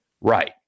right